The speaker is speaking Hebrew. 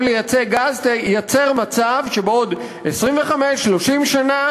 לייצא גז תייצר מצב שבעוד 30-25 שנה